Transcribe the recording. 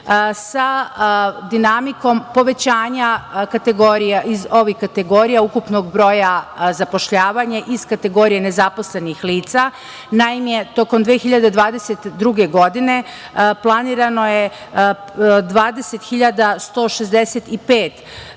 sa dinamikom povećanja iz ovih kategorija ukupnog broja - zapošljavanje iz kategorije nezaposlenih lica. Naime, tokom 2022. godine planirano je 20.165